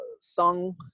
song